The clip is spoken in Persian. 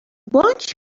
بانک